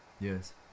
Yes